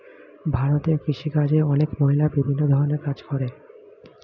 ভারতে কৃষিকাজে অনেক মহিলা বিভিন্ন ধরণের কাজ করে